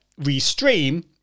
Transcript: Restream